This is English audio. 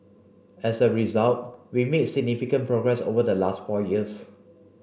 as a result we made significant progress over the last four years